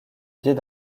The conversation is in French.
biais